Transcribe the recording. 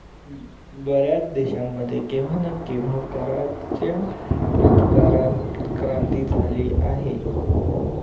बर्याच देशांमध्ये केव्हा ना केव्हा कराच्या प्रतिकारात क्रांती झाली आहे